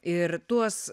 ir tuos